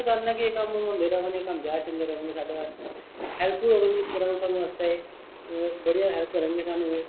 ओह् आस्ते केह् कम्म ओह् इनॅजाए करा दे हैल्प फुल्ल हून गै इक तरह हून स्हानू एह् बड़ी हैल्प करन गै स्हानू एह्